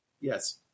Yes